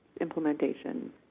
implementation